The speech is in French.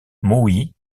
maui